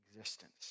existence